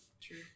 True